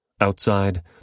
Outside